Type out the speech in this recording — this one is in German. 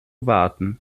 warten